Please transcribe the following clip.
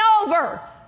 over